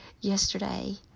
yesterday